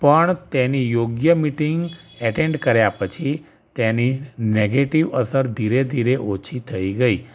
પણ તેની યોગ્ય મીટિંગ અટેન્ડ કર્યા પછી તેની નૅગેટિવ અસર ધીરે ધીરે ઓછી થઈ ગઈ